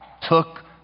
took